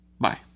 Bye